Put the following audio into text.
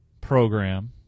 program